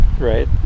right